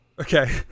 Okay